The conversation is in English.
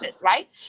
right